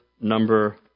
number